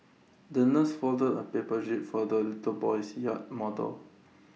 the nurse folded A paper jib for the little boy's yacht model